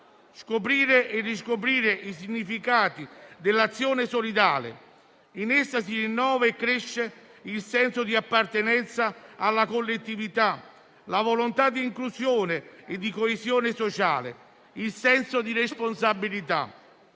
scoprire o riscoprire i significati dell'azione solidale, in cui si rinnovano e crescono il senso di appartenenza alla collettività, la volontà di inclusione e di coesione sociale e il senso di responsabilità.